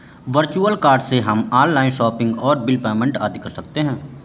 virtual card से हम online shopping और बिल पेमेंट आदि कर सकते है